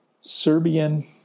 Serbian